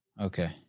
Okay